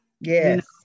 Yes